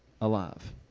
alive